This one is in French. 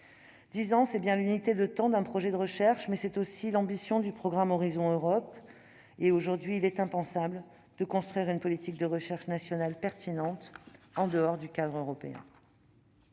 Dix ans, c'est bien l'unité de temps d'un projet de recherche ; mais c'est aussi l'ambition du programme Horizon Europe : en effet, il est aujourd'hui impensable de construire une politique de recherche nationale pertinente en dehors du cadre européen.